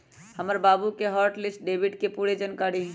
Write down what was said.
हमर बाबु के हॉट लिस्ट डेबिट के पूरे जनकारी हइ